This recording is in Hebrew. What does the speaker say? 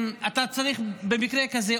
במקרה כזה,